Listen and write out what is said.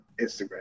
Instagram